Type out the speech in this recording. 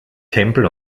tempel